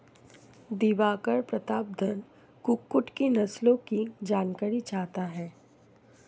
दिवाकर प्रतापधन कुक्कुट की नस्लों की जानकारी चाहता है